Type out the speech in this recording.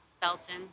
Belton